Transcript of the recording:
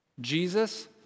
Jesus